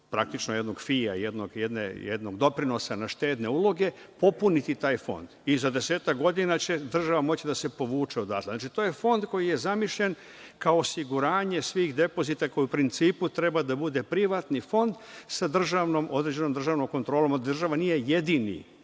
banke, uplatom jednog doprinosa na štedne uloge, popuniti taj fond i za desetak godina će država moći da se povuče odatle. Znači, to je fond koji je zamišljen kao osiguranje svih depozita koji u principu treba da bude privatni fond za određenom državnom kontrolom. Ovde država nije jedini